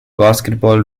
basketball